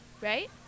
right